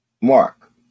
Mark